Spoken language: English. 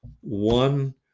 one